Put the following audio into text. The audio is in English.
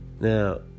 Now